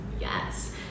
Yes